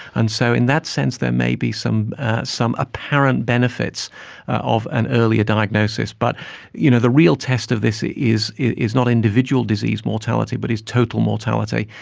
and so in that sense there may be some some apparent benefits of an earlier diagnosis. but you know the real test of this is is not individual disease mortality but is total mortality,